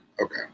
Okay